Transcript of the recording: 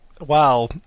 Wow